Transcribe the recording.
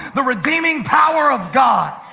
the redeeming power of god,